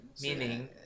Meaning